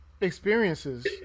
experiences